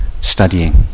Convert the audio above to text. studying